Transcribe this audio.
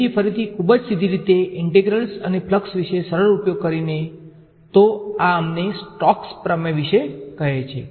તેથી ફરીથી ખૂબ જ સીધી રીતે ઇન્ટિગ્રેલ્સ અને ફ્લક્સ વિશે સરળ ઉપયોગ કરીને તો આ અમને સ્ટોકના પ્રમેય વિશે કહે છે